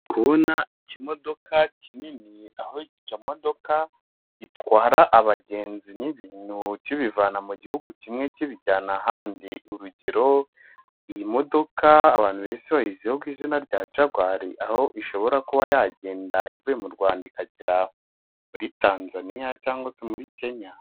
Ndikubona ikimodoka kinini aho icyo kimodoka gitwara abagenzi n'ibintu kibivana mu gihugu kimwe kibijyana ahandi, urugero iyi modoka abantu benshi bayiziho ku izina rya jagwari aho ishobora kuba yagenda ivuye mu Rwanda ikagera muri Tanzania cyangwa se muri Kenya.